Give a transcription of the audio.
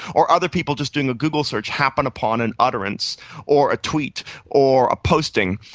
or other people just doing a google search happen upon an utterance or a tweet or a posting,